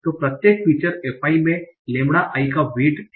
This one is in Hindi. तो प्रत्येक फ़ीचर f i में लैम्बडा i का वेट् है